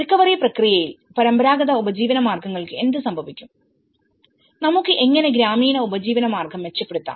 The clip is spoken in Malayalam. റിക്കവറി പ്രക്രിയയിൽ പരമ്പരാഗത ഉപജീവനമാർഗങ്ങൾക്ക് എന്ത് സംഭവിക്കും നമുക്ക് എങ്ങനെ ഗ്രാമീണ ഉപജീവനമാർഗ്ഗം മെച്ചപ്പെടുത്താം